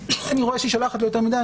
אני רואה שהיא שולחת לי יותר מדי,